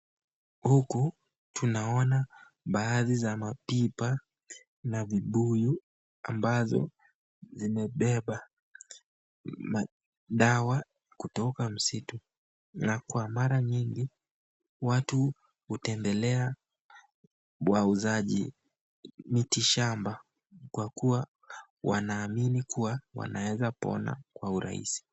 Huku tunaona baadhi za mapipa na vibuyu, ambazo zimebeba madawa kutoka msitu, na kwa mara nyingi watu utembelea wauzaji miti shamba kwa kuwa wanaamini kuwa wanaweza pona kwa urahisi.